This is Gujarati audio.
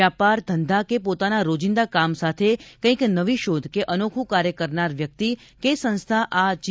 વ્યાપાર ધંધા કે પોતાના રોજીંદા કામ સાથે કંઇક નવી શોધ કે અનોખું કાર્ય કરનાર વ્યક્તિ કે સંસ્થા આ જી